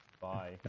Bye